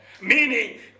Meaning